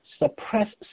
suppress